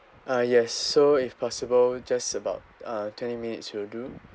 uh yes so if possible just about uh twenty minutes will do